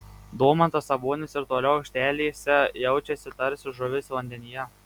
domantas sabonis ir toliau aikštelėse jaučiasi tarsi žuvis vandenyje